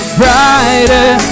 brighter